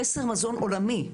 חסר מזון עולמי.